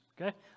okay